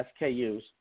SKUs